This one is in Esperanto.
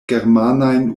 germanajn